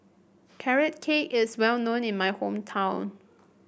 Carrot Cake is well known in my hometown